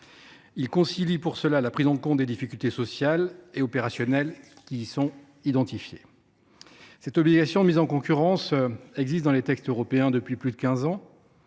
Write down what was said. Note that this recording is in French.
il concilie la prise en compte des difficultés sociales et opérationnelles qui sont identifiées. L’obligation de mise en concurrence existe dans les textes européens depuis plus de quinze